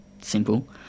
Simple